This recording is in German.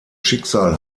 schicksal